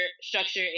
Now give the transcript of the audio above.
structure